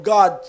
God